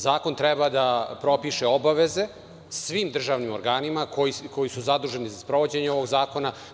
Zakon treba da propiše obaveze svim državnim organima koji su zaduženi za sprovođenje ovog zakona.